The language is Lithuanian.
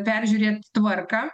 peržiūrėt tvarką